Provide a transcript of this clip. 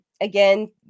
Again